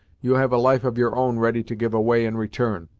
you have a life of your own ready to give away in return.